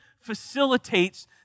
facilitates